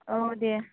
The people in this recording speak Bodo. औ दे